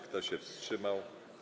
Kto się wstrzymał?